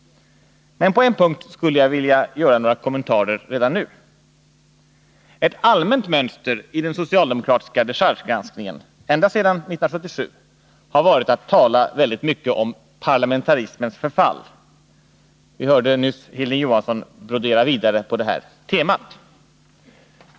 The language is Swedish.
Men på en punkt skulle jag vilja göra några kommentarer redan nu. Ett allmänt mönster i den socialdemokratiska dechargegranskningen ända sedan 1977 har varit att tala mycket om ”parlamentarismens förfall”. Vi hörde nyss Hilding Johansson brodera vidare på det temat.